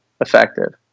effective